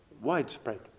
widespread